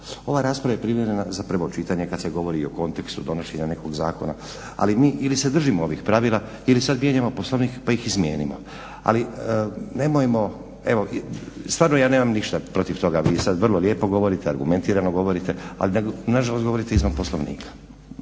Ova rasprava je primjerena za prvo čitanje kad se govori o kontekstu donošenja nekog zakona, ali mi ili se držimo ovih pravila ili sad mijenjamo Poslovnik pa ih izmijenimo. Ali nemojmo, stvarno ja nemam niša protiv toga, vi sad vrlo lijepo govorite, argumentirano govorite ali nažalost govorite izvan Poslovnika.